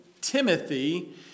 Timothy